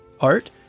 art